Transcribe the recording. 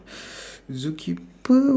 zookeeper